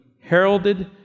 heralded